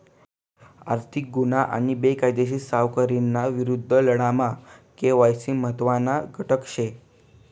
आर्थिक गुन्हा आणि बेकायदेशीर सावकारीना विरुद्ध लढामा के.वाय.सी महत्त्वना घटक शे